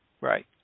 Right